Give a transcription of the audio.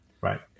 right